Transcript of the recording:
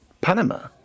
Panama